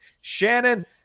shannon